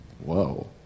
Whoa